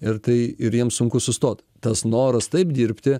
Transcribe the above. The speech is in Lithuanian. ir tai ir jiems sunku sustot tas noras taip dirbti